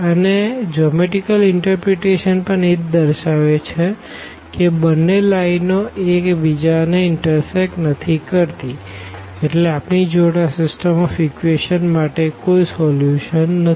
અને geometrical interpretation પણ એજ દર્શાવે છે કે બંને લાઈનો એક બીજા ને ઇનટરસેકટ નથી કરતી એટલે આપણી જોડે આ સીસ્ટમ ઓફ ઇકવેશંસ માટે કોઈ સોલ્યુશન નથી